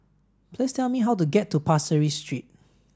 please tell me how to get to Pasir Ris Street